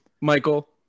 Michael